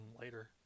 later